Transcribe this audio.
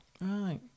Right